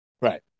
Right